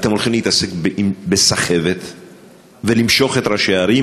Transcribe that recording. אתם הולכים להתעסק בסחבת ולמשוך את ראשי הערים,